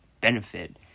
benefit